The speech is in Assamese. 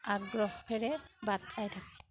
আগ্ৰহেৰে বাট চাই থাকে